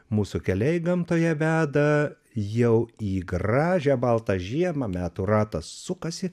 mūsų keliai gamtoje veda jau į gražią baltą žiemą metų ratas sukasi